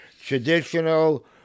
traditional